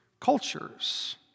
cultures